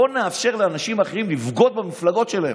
בוא נאפשר לאנשים אחרים לבגוד במפלגות שלהם,